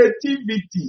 creativity